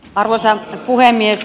arvoisa puhemies